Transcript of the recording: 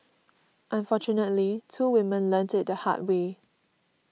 unfortunately two women learnt it the hard way